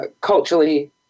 culturally